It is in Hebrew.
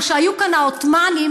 או כשהיו כאן העות'מאנים,